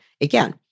again